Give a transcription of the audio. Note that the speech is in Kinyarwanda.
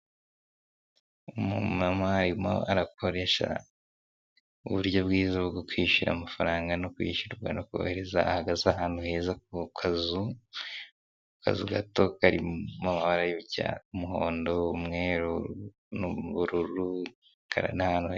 Umumama arimo arakoresha uburyo bwiza wo kwishyura amafaranga no kwishyurwa no kohereza ahagaze ahantu keza ku kazu, ku kazu gato kari mu mabara menshi cyane, umuhomdo, umweru, n'ubururu kari n'ahantu heza.